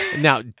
Now